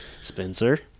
Spencer